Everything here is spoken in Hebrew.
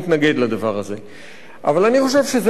אבל אני חושב שזה נושא שלא מתאים להסדרה